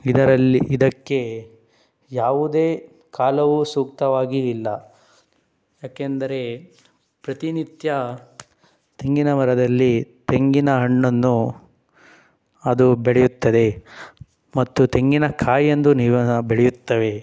ಇದರಲ್ಲಿ ಇದಕ್ಕೆ ಯಾವುದೇ ಕಾಲವು ಸೂಕ್ತವಾಗಿ ಇಲ್ಲ ಯಾಕೆಂದರೆ ಪ್ರತಿನಿತ್ಯ ತೆಂಗಿನಮರದಲ್ಲಿ ತೆಂಗಿನ ಹಣ್ಣನ್ನು ಅದು ಬೆಳೆಯುತ್ತದೆ ಮತ್ತು ತೆಂಗಿನಕಾಯಿಯೆಂದು ನೀವು ಬೆಳೆಯುತ್ತವೆ